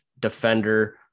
defender